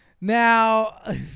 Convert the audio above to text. Now